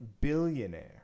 billionaire